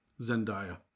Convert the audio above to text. Zendaya